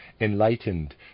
enlightened